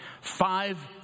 five